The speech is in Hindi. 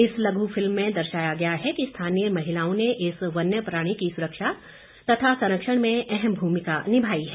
इस लघ् फिल्म में दर्शाया गया है कि स्थानीय महिलाओं ने इस वन्य प्राणी की सुरक्षा तथा संरक्षण में अहम भूमिका निभाई है